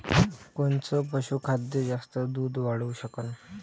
कोनचं पशुखाद्य जास्त दुध वाढवू शकन?